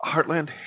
Heartland